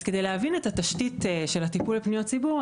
כדי להבין את התשתית של הטיפול בפניות ציבור,